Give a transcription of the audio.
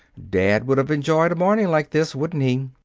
dad would have enjoyed a morning like this, wouldn't he?